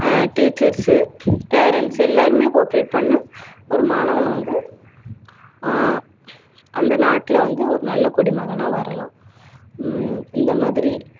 teachers parents எல்லோருமே cooperate பண்ணால் ஒரு மாணவன் வந்து அந்த நாட்டில் வந்து ஒரு நல்ல குடிமகனாக வரலாம் இந்த மாதிரி